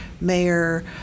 mayor